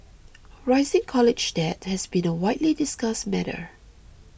rising college debt has been a widely discussed matter